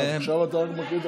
עכשיו אתה מקריא,